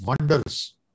wonders